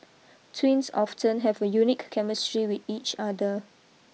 twins often have a unique chemistry with each other